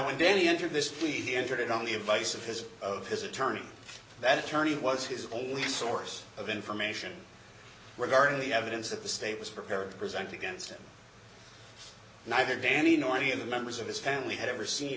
he entered this he entered it on the advice of his of his attorney that attorney was his only source of information regarding the evidence that the state was prepared to present against him neither danny nor any of the members of his family had ever seen